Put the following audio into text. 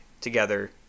together